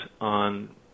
on